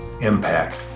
impact